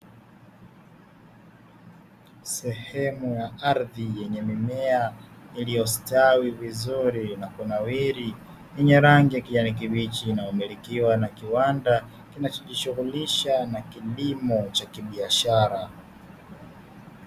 Sehemu ya ardhi yenye mimea iliyo sitawi vizuri na kunawiri yenye rangi ya kijani kibichi, inayiomilikiwa na kiwanda kikijishughulisha na kilimo cha kibiashara.